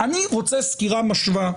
אני רוצה סקירה משווה,